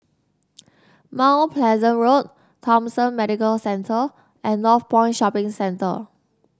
Mount Pleasant Road Thomson Medical Centre and Northpoint Shopping Centre